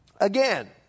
Again